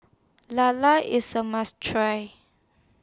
Lala IS A must Try